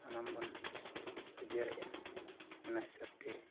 ᱥᱟᱱᱟᱢ ᱵᱚᱱ ᱩᱡᱟᱹᱲᱮᱜᱼᱟ ᱚᱱᱟ ᱦᱤᱥᱟᱵ ᱛᱮ